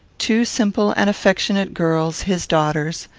two simple and affectionate girls, his daughters,